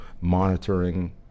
monitoring